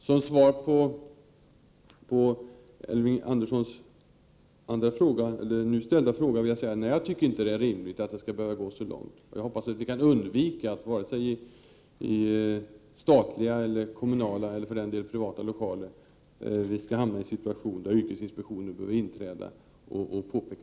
Herr talman! Som svar på Elving Anderssons här ställda fråga vill jag säga att jag inte tycker det är rimligt att det skall behöva gå så långt som i det här fallet. Jag hoppas att vi kan undvika att vi i fråga om vare sig statliga eller kommunala eller för den delen privata lokaler hamnar i en situation där yrkesinspektionen behöver inträda.